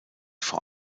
vor